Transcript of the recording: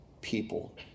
people